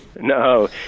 No